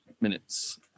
minutes